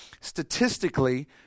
statistically